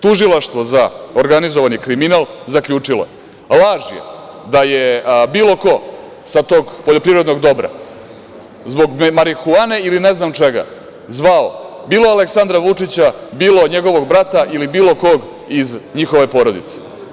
Tužilaštvo za organizovani kriminal zaključilo je – laž je da je bilo ko sa tog poljoprivrednog dobra zbog marihuane ili ne znam čega, zvao bilo Aleksandra Vučića, bilo njegovog brata ili bilo kog iz njihove porodice.